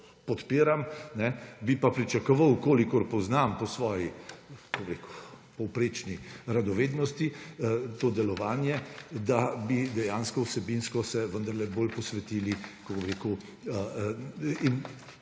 podpiram. Bi pa pričakoval, kolikor poznam po svoji povprečni radovednosti to delovanje, da bi se dejansko vsebinsko se vendarle bolj posvetili in